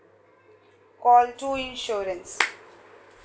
call two insurance